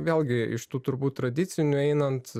vėlgi iš tų turbūt tradicinių einant